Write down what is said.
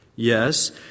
Yes